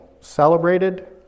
celebrated